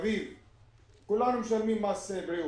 כולנו משלמים מס בריאות,